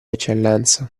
eccellenza